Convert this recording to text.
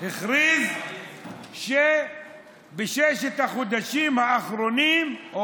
הכריז שבששת החודשים האחרונים או